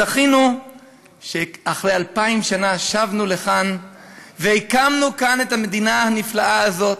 זכינו שאחרי אלפיים שנה שבנו לכאן והקמנו כאן את המדינה הנפלאה הזאת.